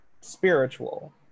spiritual